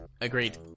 agreed